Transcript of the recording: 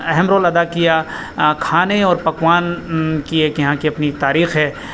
اہم رول ادا کیا کھانے اور پکوان کی ایک یہاں کی اپنی تاریخ ہے